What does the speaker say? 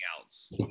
else